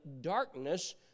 darkness